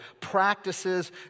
practices